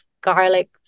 garlic